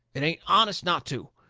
it ain't honest not to.